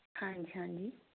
ਹਾਂਜੀ ਹਾਂਜੀ